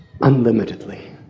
unlimitedly